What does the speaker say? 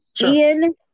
Ian